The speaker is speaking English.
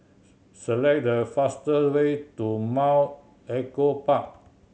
select the faster way to Mount Echo Park